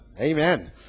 amen